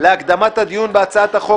הרווחה והבריאות להקדמת הדיון בהצעת חוק